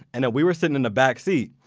and we were sitting in the back seat.